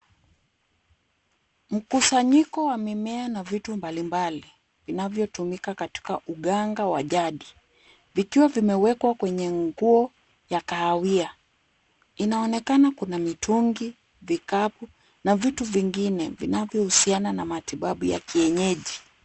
Mkusanyiko wa mimea na vitu mbalimbali vinavyotumika katika uganga wa jadi, vikiwa vimewekwa kwenye nguo ya kahawia. Inaonekana kuna mitungi, vikapu na vitu vingine vinavyohusiana na matibabu ya kienyeji.